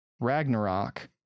Ragnarok